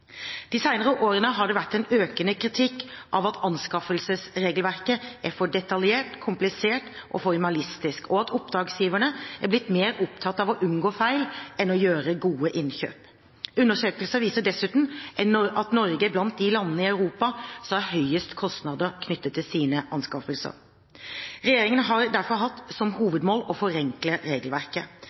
De senere årene har det vært en økende kritikk av at anskaffelsesregelverket er for detaljert, komplisert og formalistisk, og at oppdragsgivere er blitt mer opptatt av å unngå feil enn av å gjøre gode innkjøp. Undersøkelser viser dessuten at Norge er blant de landene i Europa som har høyest kostnader knyttet til sine anskaffelser. Regjeringen har derfor hatt som hovedmål å forenkle regelverket.